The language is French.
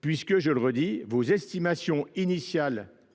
puisque, je le redis, vos estimations initiales